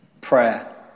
Prayer